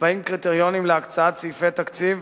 נקבעים קריטריונים להקצאת סעיפי תקציב,